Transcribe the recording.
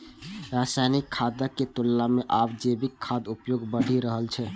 रासायनिक खादक तुलना मे आब जैविक खादक प्रयोग बढ़ि रहल छै